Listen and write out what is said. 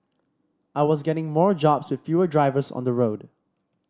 I was getting more jobs with fewer drivers on the road